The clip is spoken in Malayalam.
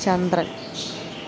ചന്ദ്രന്